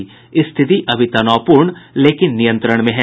रिथति अभी तनावपूर्ण लेकिन नियंत्रण में है